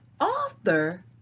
author